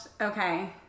Okay